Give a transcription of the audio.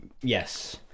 Yes